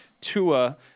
Tua